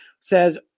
Says